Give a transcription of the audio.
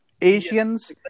Asians